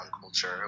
culture